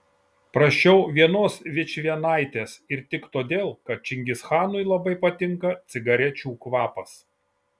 prašiau vienos vičvienaitės ir tik todėl kad čingischanui labai patinka cigarečių kvapas